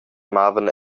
mavan